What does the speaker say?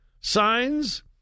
signs